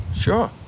Sure